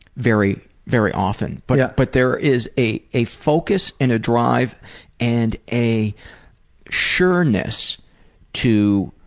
very very often. but yeah but there is a a focus and a drive and a assuredness to